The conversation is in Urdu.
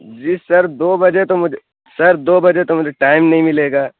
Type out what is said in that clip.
جی سر دو بجے تو مجھ سر دو بجے تو مجھے ٹائم نہیں ملے گا